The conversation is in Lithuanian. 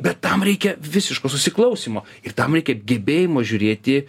bet tam reikia visiško susiklausymo ir tam reikia gebėjimo žiūrėti